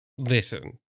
Listen